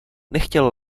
nechtěl